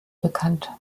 bekannt